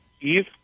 Eve